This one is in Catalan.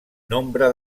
nombre